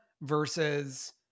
versus